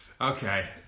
Okay